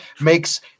makes